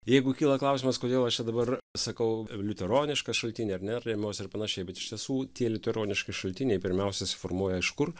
jeigu kyla klausimas kodėl aš čia dabar sakau liuteronišką šaltinį ar ne rėmiuosie ir panašiai bet iš tiesų tie liuteroniški šaltiniai pirmiausia suformuoja iš kur